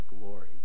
glory